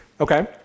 okay